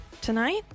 tonight